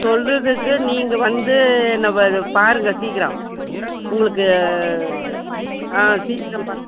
சொல்லுறதுக்கு நீங்கள் வந்து நம்ப இதை பாருங்கள் சீக்கிரம் உங்களுக்கு ஆ சீக்கிரம் பார்